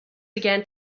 began